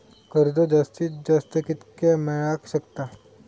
कर्ज जास्तीत जास्त कितक्या मेळाक शकता?